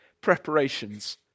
preparations